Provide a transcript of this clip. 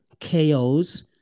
KOs